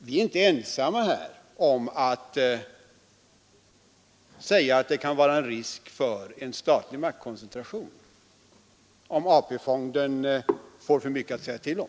Vi är inte ensamma om att säga att det kan vara risk för en statlig maktkoncentration, om AP-fonden får för mycket att säga till om.